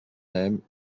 them